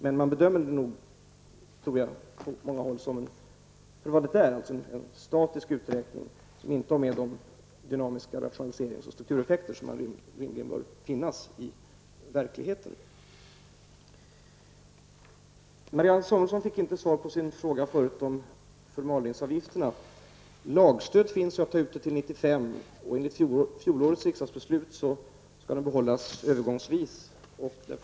Man bedömer det nog på många håll efter vad det är, dvs. en statisk uträkning som inte tar med dynamiska rationaliserings och struktureffekter som rimligen bör finnas i verkligheten. Marianne Samuelsson fick inte svar på sin fråga om förmalningsavgifterna. Det finns lagstöd för att man kan ta ut dem till 1995. Enligt fjolårets riksdagsbeslut skall de behållas övergångsvis.